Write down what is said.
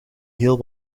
heel